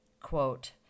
Quote